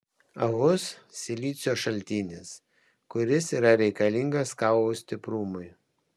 alus silicio šaltinis kuris yra reikalingas kaulų stiprumui